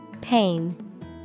Pain